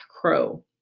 crow